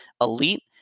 elite